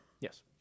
Yes